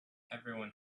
everyone